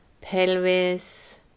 pelvis